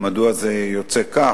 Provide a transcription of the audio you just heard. מדוע זה יוצא כך,